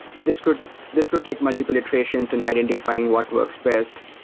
this could this could take multiple iterations in identifying what works best,